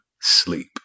sleep